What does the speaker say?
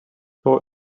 saw